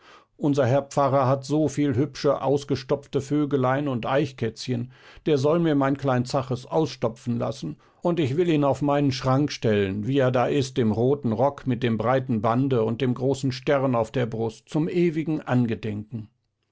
unser herr pfarrer hat so viel hübsche ausgestopfte vögelein und eichkätzchen der soll mir meinen klein zaches ausstopfen lassen und ich will ihn auf meinen schrank stellen wie er da ist im roten rock mit dem breiten bande und dem großen stern auf der brust zum ewigen andenken